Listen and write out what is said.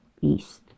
east